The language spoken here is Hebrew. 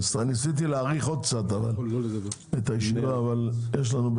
ניסיתי להאריך את הישיבה אבל נצטרך לסיים